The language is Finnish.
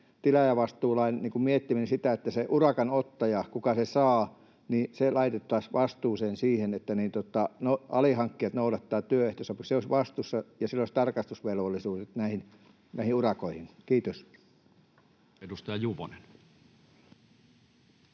tilaajavastuulaki mietittäisiin siten, että se urakan ottaja, kuka sen urakan saa, laitettaisiin vastuuseen siitä, että alihankkijat noudattavat työehtosopimusta — että se olisi vastuussa ja sillä olisi tarkastusvelvollisuus näihin urakoihin? — Kiitos. [Speech